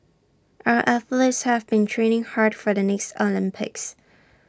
our athletes have been training hard for the next Olympics